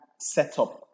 setup